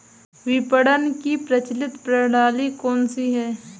विपणन की प्रचलित प्रणाली कौनसी है?